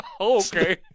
Okay